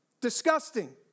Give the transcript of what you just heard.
Disgusting